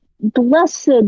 Blessed